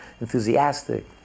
enthusiastic